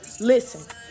Listen